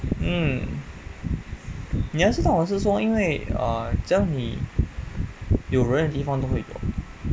um 你要知道我是说因为 err 只要你有人的地方都会有